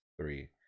three